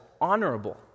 honorable